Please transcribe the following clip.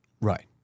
Right